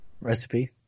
Recipe